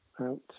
out